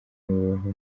babaho